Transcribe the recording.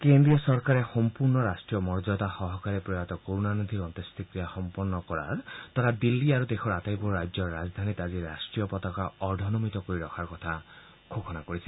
কেন্দ্ৰীয় চৰকাৰে সম্পূৰ্ণ ৰাষ্ট্ৰীয় মৰ্যাদা সহকাৰে প্ৰয়াত কৰুণানিধিৰ অন্ত্যোষ্টিক্ৰিয়া সম্পন্ন কৰাৰ তথা দিল্লী আৰু দেশৰ আটাইবোৰ ৰাজ্যৰ ৰাজধানীত আজি ৰাষ্ট্ৰীয় পতাকা অৰ্ধনমিত কৰি ৰখাৰ কথা ঘোষণা কৰিছে